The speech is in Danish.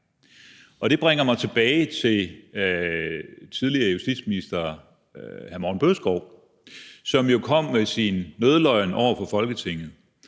ej. Det bringer mig tilbage til tidligere justitsminister hr. Morten Bødskov, som jo kom med sin nødløgn over for Folketinget.